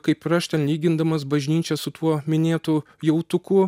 kaip ir aš ten lygindamas bažnyčią su tuo minėtu jautuku